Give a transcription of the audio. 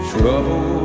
Trouble